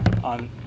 on